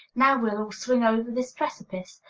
now we'll all swing over this precipice!